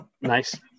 Nice